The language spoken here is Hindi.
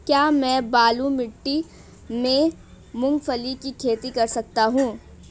क्या मैं बालू मिट्टी में मूंगफली की खेती कर सकता हूँ?